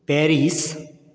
Paris